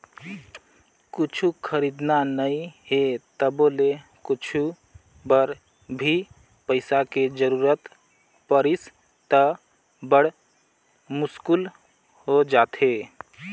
कुछु खरीदना नइ हे तभो ले कुछु बर भी पइसा के जरूरत परिस त बड़ मुस्कुल हो जाथे